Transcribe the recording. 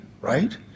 right